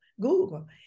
Google